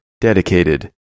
dedicated